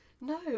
no